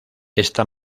esta